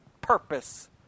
purpose